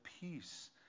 peace